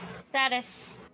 Status